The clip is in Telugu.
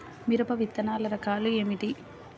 మిరప విత్తనాల రకాలు ఏమిటి?